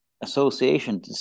association